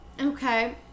Okay